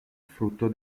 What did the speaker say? frutto